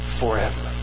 forever